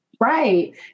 Right